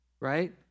right